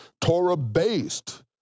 Torah-based